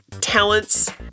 talents